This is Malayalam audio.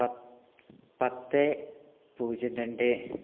പ പത്ത് പൂജ്യം രണ്ട്